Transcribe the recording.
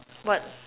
what